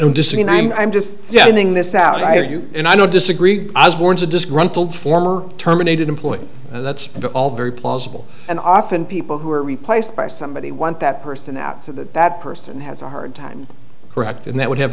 don't disagree i'm i'm just sending this out for you and i don't disagree i was born a disgruntled former terminated employee that's all very plausible and often people who are replaced by somebody want that person out so that that person has a hard time correct and that would have